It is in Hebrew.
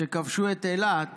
כשכבשו את אילת